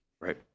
right